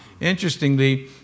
Interestingly